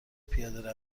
پیاده